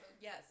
Yes